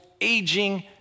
aging